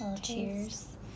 Cheers